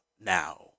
now